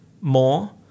more